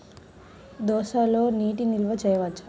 దోసలో నీటి నిల్వ చేయవచ్చా?